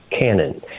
canon